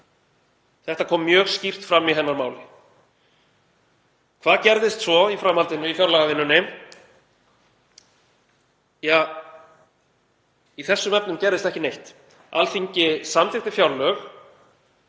Þetta kom mjög skýrt fram í hennar máli. Hvað gerðist svo í framhaldinu í fjárlagavinnunni? Ja, í þessum efnum gerðist ekki neitt. Alþingi samþykkti fjárlög